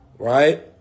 Right